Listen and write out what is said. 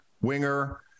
winger